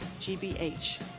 GBH